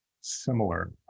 similar